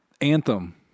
anthem